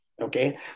Okay